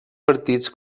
partits